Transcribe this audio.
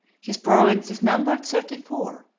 his provinces numbered thirty-four,